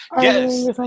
yes